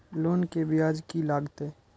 Loan के ब्याज की लागते?